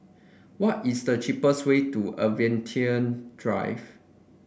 what is the cheapest way to Aviation Drive